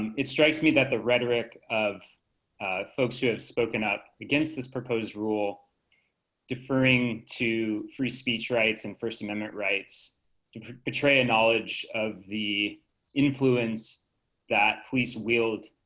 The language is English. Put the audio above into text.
it strikes me that the rhetoric of folks who have spoken up against this proposed rule deferring to free speech rights and first amendment rights betray and knowledge of the influence that police wield